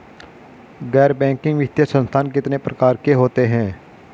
गैर बैंकिंग वित्तीय संस्थान कितने प्रकार के होते हैं?